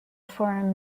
farm